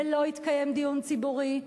ולא התקיים דיון ציבורי,